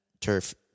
turf